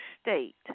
State